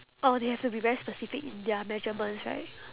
oh they have to be very specific in their measurements right